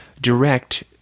direct